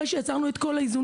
אחרי שיצרנו את כל האיזונים,